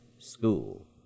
School